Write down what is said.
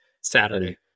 Saturday